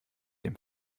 dem